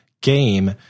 game